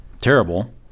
terrible